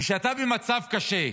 כשאתה במצב קשה,